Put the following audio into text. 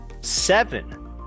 Seven